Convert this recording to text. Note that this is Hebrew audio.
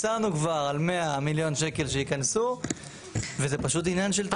הצענו כבר 100 מיליון שקל שייכנסו וזה פשוט עניין של תקציב.